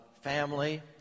family